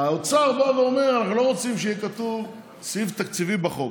האוצר בא ואומר: אנחנו לא רוצים שיהיה כתוב סעיף תקציבי בחוק,